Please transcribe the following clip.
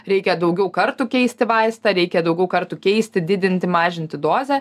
reikia daugiau kartų keisti vaistą reikia daugiau kartų keisti didinti mažinti dozę